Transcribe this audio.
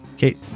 Okay